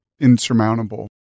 insurmountable